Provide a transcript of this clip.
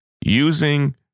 using